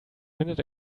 minute